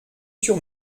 sur